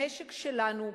המשק שלנו,